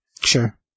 Sure